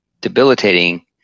debilitating